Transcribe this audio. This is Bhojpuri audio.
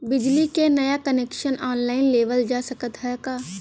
बिजली क नया कनेक्शन ऑनलाइन लेवल जा सकत ह का?